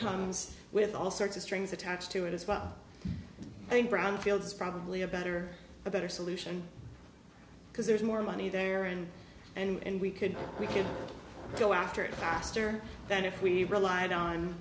comes with all sorts of strings attached to it as well and brownfields probably a better a better solution because there's more money there and and we could we could go after the master then if we relied on